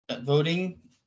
voting